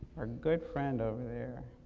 our good friend over there,